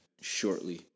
shortly